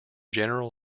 general